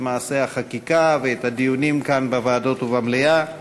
מעשה החקיקה ואת הדיונים בוועדות ובמליאה.